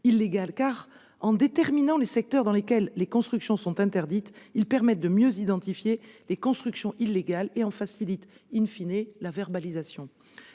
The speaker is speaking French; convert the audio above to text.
en déterminant les secteurs dans lesquels les constructions sont interdites, ils permettent de mieux identifier les constructions illégales et en facilitent,, la verbalisation.